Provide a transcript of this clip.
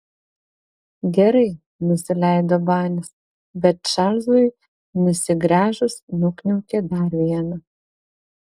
gerai nusileido banis bet čarlzui nusigręžus nukniaukė dar vieną